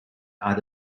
out